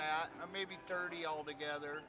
that i maybe thirty altogether